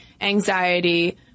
anxiety